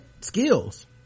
skills